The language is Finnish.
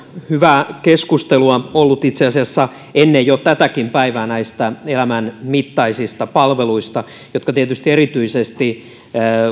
hyvää keskustelua ollut itse asiassa jo ennen tätäkin päivää näistä elämänmittaisista palveluista jotka tietysti erityisesti